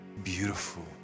beautiful